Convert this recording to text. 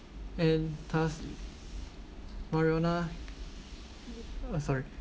and thus marijuana ah sorry